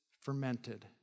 fermented